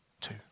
two